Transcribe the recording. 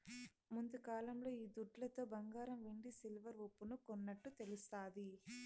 ముందుకాలంలో ఈ దుడ్లతో బంగారం వెండి సిల్వర్ ఉప్పును కొన్నట్టు తెలుస్తాది